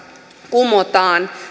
kumotaan